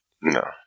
No